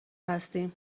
هستیم